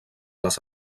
les